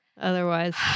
otherwise